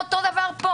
אותו דבר פה